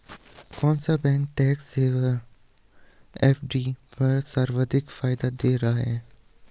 कौन सा bank tax saver FD पर सर्वाधिक फायदा दे रहा है?